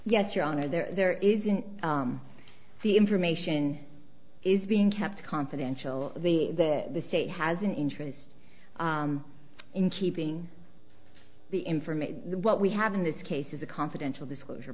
yes your honor there isn't the information is being kept confidential the that the state has an interest in keeping the information what we have in this case is a confidential disclosure